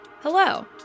Hello